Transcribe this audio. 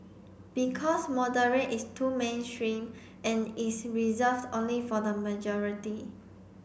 because moderate is too mainstream and is reserved only for the majority